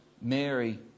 Mary